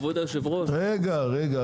כבוד היושב-ראש, בהקשר למה שאמרת.